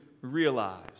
realize